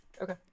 okay